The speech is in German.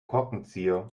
korkenzieher